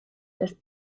dass